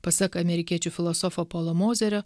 pasak amerikiečių filosofo paulo mozerio